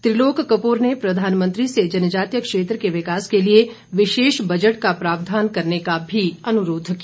त्रिलोक कपूर ने प्रधानमंत्री से जनजातीय क्षेत्र के विकास के लिए विशेष बजट का प्रावधान करने का भी अनुरोध किया